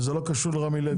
וזה לא קשור לרמי לוי.